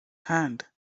hand